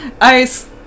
ice